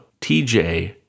TJ